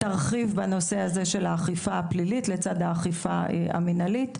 תרחיב בנושא הזה של האכיפה הפלילית לצד האכיפה המנהלית,